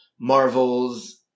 Marvel's